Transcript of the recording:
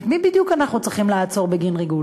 את מי בדיוק אנחנו צריכים לעצור בגין ריגול?